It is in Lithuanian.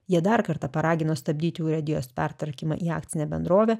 jie dar kartą paragino stabdyti urėdijos pertvarkymą į akcinę bendrovę